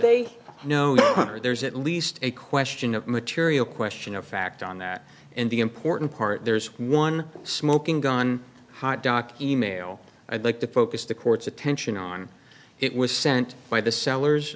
they know there's at least a question of material question of fact on that and the important part there is one smoking gun hot doc email i'd like to focus the court's attention on it was sent by the sell